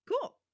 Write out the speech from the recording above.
Cool